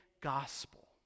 gospel